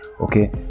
okay